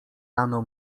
rano